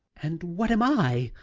and what am i?